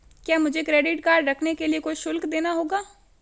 क्या मुझे credit card रखने के लिए कोई शुल्क देना होगा?